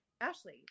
Ashley